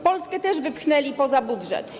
Polskę też wypchnęli poza budżet.